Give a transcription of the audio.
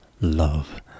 love